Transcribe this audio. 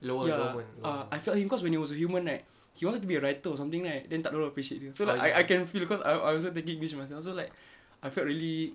ya uh I felt him cause when he was a human right he wanted to be a writer or something right then tak ada orang appreciate dia so li~ like I can feel because I I also taking english myself so like I felt really